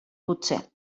potser